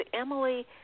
Emily